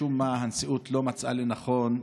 משום מה הנשיאות לא מצאה לנכון,